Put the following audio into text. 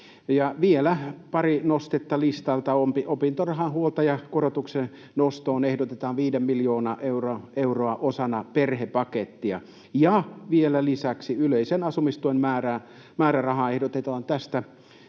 vielä pari nostoa listalta: opintorahan huoltajakorotuksen nostoon ehdotetaan viisi miljoonaa euroa osana perhepakettia, ja vielä lisäksi yleisen asumistuen määrärahaa ehdotetaan tästä